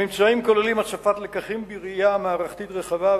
הממצאים כוללים הסקת לקחים בראייה מערכתית רחבה,